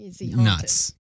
nuts